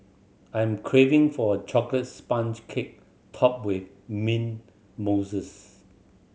I'm craving for a chocolates sponge cake topped with mint mousse